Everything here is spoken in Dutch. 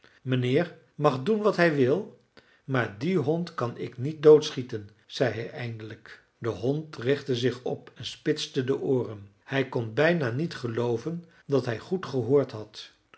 meneer mag doen wat hij wil maar dien hond kan ik niet doodschieten zei hij eindelijk de hond richtte zich op en spitste de ooren hij kon bijna niet gelooven dat hij goed gehoord had